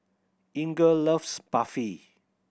Inger loves Barfi